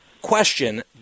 question